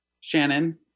Shannon